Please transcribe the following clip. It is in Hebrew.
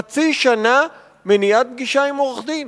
חצי שנה מניעת פגישה עם עורך-דין.